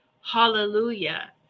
hallelujah